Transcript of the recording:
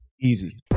easy